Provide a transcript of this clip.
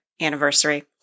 anniversary